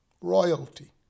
royalty